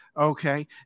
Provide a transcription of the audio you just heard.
okay